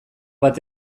bat